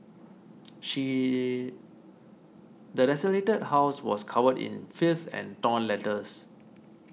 the desolated house was covered in filth and torn letters